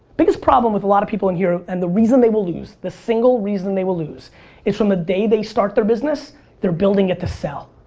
biggest problem with a lot of people in here and the reason they will lose, the single reason they will lose is from the day they start their business they're building it to sell.